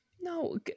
No